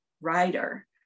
writer